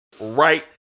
right